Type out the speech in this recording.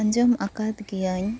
ᱟᱸᱡᱚᱢ ᱟᱠᱟᱫ ᱜᱮᱭᱟᱹᱧ